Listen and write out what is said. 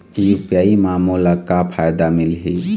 UPI म मोला का फायदा मिलही?